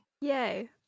Yay